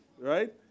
right